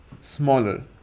smaller